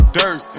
dirt